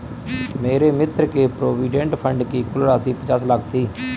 मेरे मित्र के प्रोविडेंट फण्ड की कुल राशि पचास लाख थी